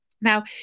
Now